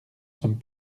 sommes